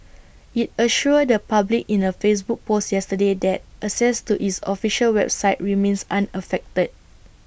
IT assured the public in A Facebook post yesterday that access to its official website remains unaffected